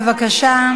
בבקשה.